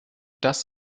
das